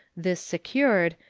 this secured,